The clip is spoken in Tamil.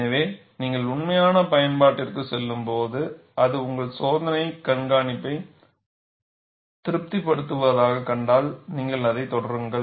எனவே நீங்கள் உண்மையான பயன்பாட்டிற்குச் செல்லும்போது அது உங்கள் சோதனைக் கண்காணிப்பை திருப்திப்படுத்துவதாகக் கண்டால் நீங்கள் அதைத் தொடருங்கள்